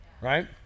right